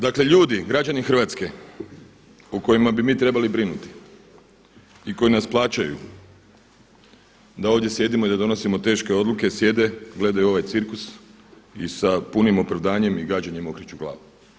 Dakle ljudi, građani Hrvatske o kojima bi mi trebali brinuti i koji nas plaćaju da ovdje sjedimo i da donosimo teške odluke sjede, gledaju ovaj cirkus i sa punim opravdanjem i gađenjem okreću glavu.